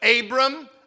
Abram